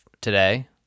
today